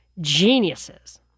geniuses